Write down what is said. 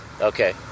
okay